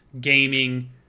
gaming